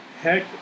heck